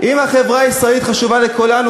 אם החברה הישראלית חשובה לכולנו,